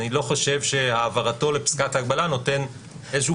אני לא חושב שהעברתו לפסקת ההגבלה נותן איזשהו